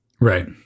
Right